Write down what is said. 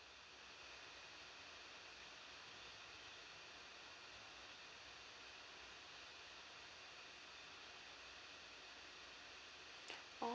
oh